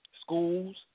Schools